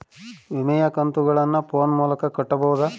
ವಿಮೆಯ ಕಂತುಗಳನ್ನ ಫೋನ್ ಮೂಲಕ ಕಟ್ಟಬಹುದಾ?